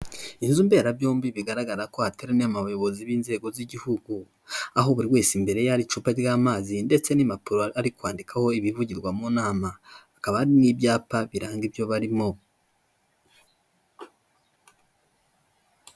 Inzu mberabyombi bigaragara ko hateraniyemo abayobozi b'inzego z'igihugu, aho buri wese imbere ye hari icupa ry'amazi ndetse n'impapuro ari kwandikaho ibivugirwa mu nama, hakaba hari n'ibyapa biranga ibyo barimo.